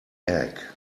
egg